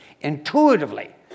intuitively